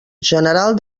general